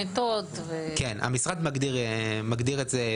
מיטות ו --- המשרד מגדיר את זה,